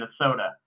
Minnesota